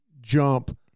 jump